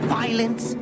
violence